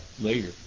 later